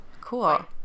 Cool